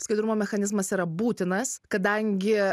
skaidrumo mechanizmas yra būtinas kadangi